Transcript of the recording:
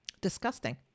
Disgusting